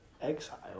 exile